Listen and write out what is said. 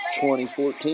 2014